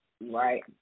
Right